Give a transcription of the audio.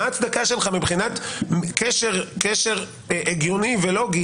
מה ההצדקה שלך מבחינת קשר הגיוני מלבד